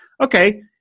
okay